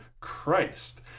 Christ